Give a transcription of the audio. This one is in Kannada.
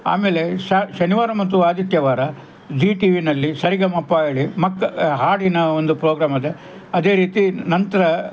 ಆಮೇಲೆ ಶನಿವಾರ ಮತ್ತು ಆದಿತ್ಯವಾರ ಜೀ ಟಿ ವಿನಲ್ಲಿ ಸರಿಗಮಪ ಹೇಳಿ ಮಕ್ ಹಾಡಿನ ಒಂದು ಪ್ರೋಗ್ರಾಮ್ ಇದೆ ಅದೇ ರೀತಿ ನಂತರ